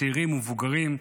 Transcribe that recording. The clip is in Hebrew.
צעירים ומבוגרים,